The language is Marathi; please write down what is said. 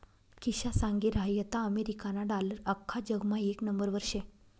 किशा सांगी रहायंता अमेरिकाना डालर आख्खा जगमा येक नंबरवर शे